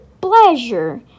pleasure